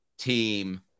team